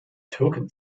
türken